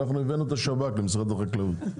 ואנחנו הבאנו את השב"כ למשרד החקלאות...